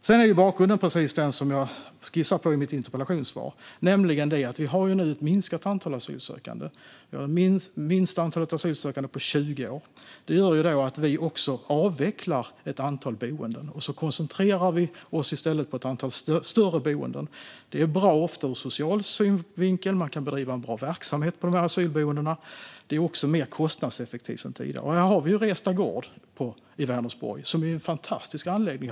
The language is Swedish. Sedan är bakgrunden precis den som jag skissar på i mitt interpellationssvar, nämligen att vi nu har ett minskat antal asylsökande, det minsta på 20 år. Detta gör att vi avvecklar ett antal boenden och i stället koncentrerar oss på ett antal större boenden. Det är ofta bra ur en social synvinkel - man kan bedriva en bra verksamhet på de här asylboendena. Det är också mer kostnadseffektivt än tidigare. Här har vi Restad Gård i Vänersborg, som är en fantastisk anläggning.